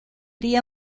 día